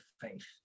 faith